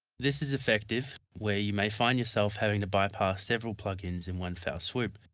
this is effective where you may find yourself having to bypass several plugins in one foul swoop,